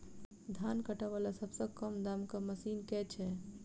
धान काटा वला सबसँ कम दाम केँ मशीन केँ छैय?